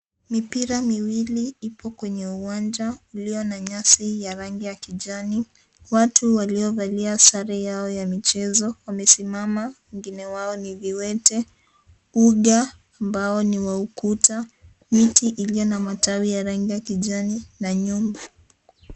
Mipira miwili ipo kwenye uwanja uliyona nyasi yenye rangi ya kijani. Watu waliovalia sare yao ya michezo, wamesimama wengine wao ni viwete. Uga ambao ni wa ukuta , miti iliyona matawi ya rangi ya kijani na nyumba.